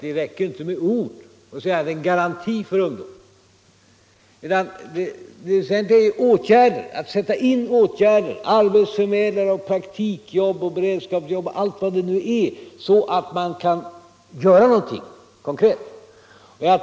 Det räcker inte med ord om en garanti för ungdomen. Det väsentliga är att vidta åtgärder —- ordna med arbetsförmedlare, praktikjobb, beredskapsjobb och allt vad det nu är, så att man kan göra någonting konkret.